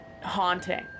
haunting